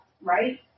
right